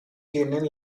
tienen